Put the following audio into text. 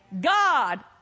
God